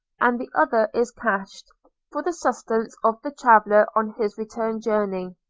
and the other is cached for the sustenance of the traveller on his return journey.